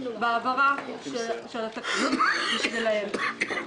בהעברה של התקציב בשבילם.